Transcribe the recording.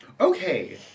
okay